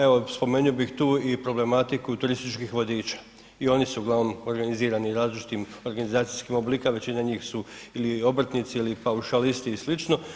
A evo spomenuo bih tu i problematiku turističkih vodiča i oni su uglavnom organizirani različitim organizacijskim oblicima, većina njih su ili obrtnici ili paušalisti i slično.